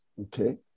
okay